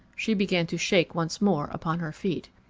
she began to shake once more upon her feet.